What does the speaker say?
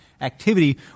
activity